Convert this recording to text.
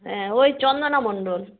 হ্যাঁ ওই চন্দনা মণ্ডল